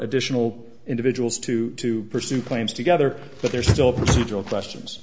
additional individuals to pursue claims together but there's still a procedural questions